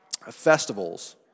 festivals